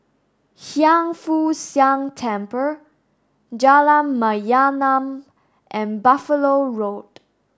Hiang Foo Siang Temple Jalan Mayaanam and Buffalo Road